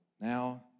now